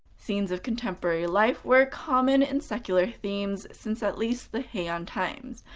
scenes of contemporary life were common in secular themes since at least the heian times,